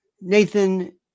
Nathan